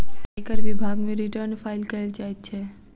आयकर विभाग मे रिटर्न फाइल कयल जाइत छै